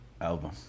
album